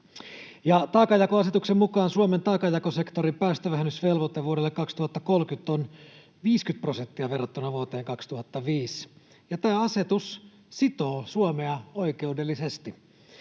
Taakanjakoasetuksen mukaan Suomen taakanjakosektorin päästövähennysvelvoite vuodelle 2030 on 50 prosenttia verrattuna vuoteen 2005. Tämä asetus sitoo Suomea oikeudellisesti,